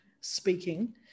speaking